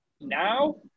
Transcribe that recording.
now